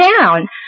down